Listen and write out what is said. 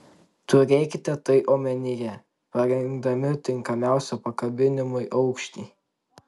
turėkite tai omenyje parinkdami tinkamiausią pakabinimui aukštį